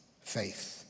faith